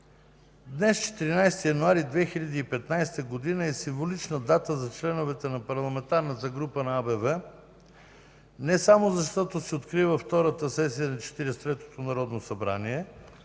Днес, 14 януари 2015 г., е символична дата за членовете на Парламентарната група на АБВ не само защото се открива втората сесия на Четиридесет и третото народно събрание,